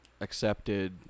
Accepted